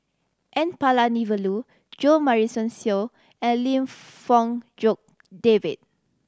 N Palanivelu Jo Marion Seow and Lim Fong Jock David